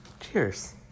cheers